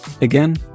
Again